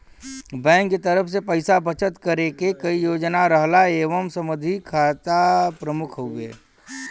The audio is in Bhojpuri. बैंक के तरफ से पइसा बचत करे क कई योजना रहला एमन सावधि खाता प्रमुख हउवे